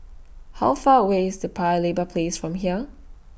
How Far away IS The Paya Lebar Place from here